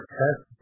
test